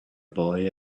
boy